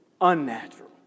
unnatural